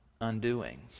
undoing